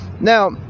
Now